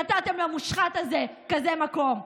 שנתתם למושחת הזה כזה מקום.